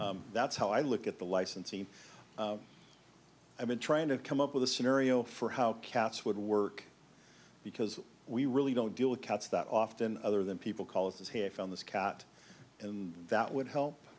quickly that's how i look at the license and i've been trying to come up with a scenario for how cats would work because we really don't deal with cats that often other than people call it is here i found this cat and that would help